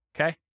okay